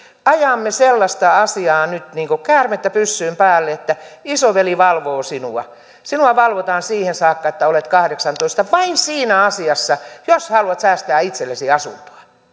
ajamme nyt sellaista asiaa niin kuin käärmettä pyssyyn että isoveli valvoo sinua sinua valvotaan siihen saakka että olet kahdeksantoista vain siinä asiassa jos haluat säästää itsellesi asuntoa